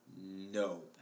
No